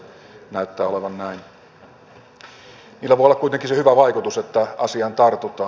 niillä voi olla kuitenkin se hyvä vaikutus että asiaan tartutaan